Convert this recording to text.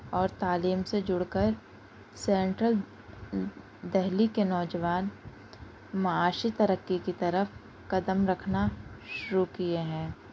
اور تعلیم سے جڑ کر سینٹرل دہلی کے نوجوان معاشی ترقی کی طرف قدم رکھنا شروع کیے ہیں